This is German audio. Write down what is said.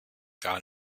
gar